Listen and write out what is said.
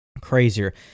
crazier